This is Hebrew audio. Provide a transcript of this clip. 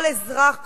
כל אזרח,